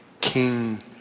King